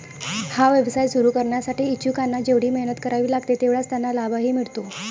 हा व्यवसाय सुरू करण्यासाठी इच्छुकांना जेवढी मेहनत करावी लागते तेवढाच त्यांना लाभही मिळतो